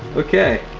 okay.